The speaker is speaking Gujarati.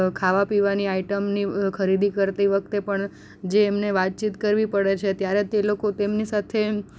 ખાવા પીવાની આઈટમની ખરીદી કરતી વખતે પણ જે એમને વાતચીત કરવી પડે છે ત્યારે તે લોકો તેમની સાથે